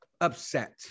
upset